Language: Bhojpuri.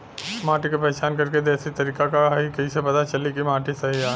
माटी क पहचान करके देशी तरीका का ह कईसे पता चली कि माटी सही ह?